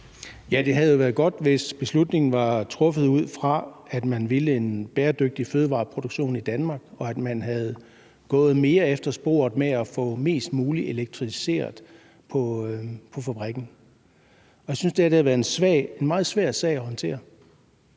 Det havde jo været godt, hvis beslutningen var truffet ud fra, at man ville en bæredygtig fødevareproduktion i Danmark, og at man var gået mere efter sporet med at få mest muligt elektrificeret på fabrikken. Jeg synes, at det her har været en meget svær sag at håndtere.